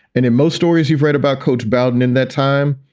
and in most stories you've read about coach bowden, in that time,